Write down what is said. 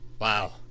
Wow